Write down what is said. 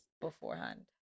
beforehand